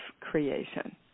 creation